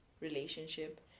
relationship